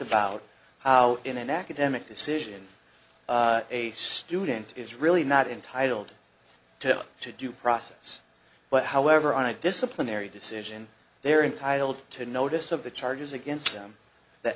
about how in an academic decision a student is really not intitled to to due process but however on a disciplinary decision they are entitled to notice of the charges against them the